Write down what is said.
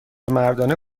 مردانه